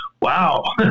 wow